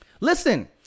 Listen